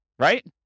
right